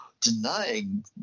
denying